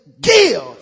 give